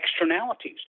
externalities